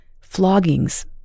Floggings